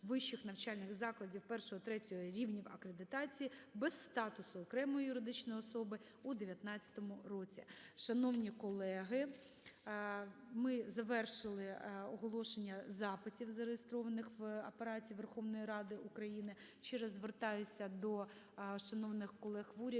вищих навчальних закладів I-II рівнів акредитації без статусу окремої юридичної особи у 2019 році. Шановні колеги, ми завершили оголошення запитів, зареєстрованих в Апараті Верховної Ради України. Ще раз звертаюся до шановних колег в